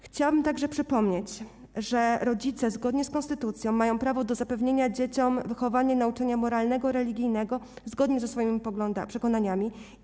Chciałabym także przypomnieć, że rodzice zgodnie z konstytucją mają prawo do zapewnienia dzieciom wychowania i nauczania moralnego i religijnego zgodnie ze swoimi przekonaniami.